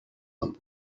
them